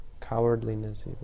cowardliness